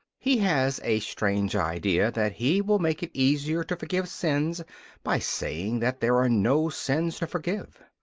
he has a strange idea that he will make it easier to forgive sins by saying that there are no sins to forgive.